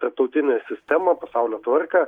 tarptautinę sistemą pasaulio tvarką